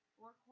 Four